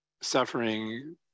suffering